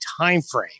timeframe